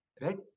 Right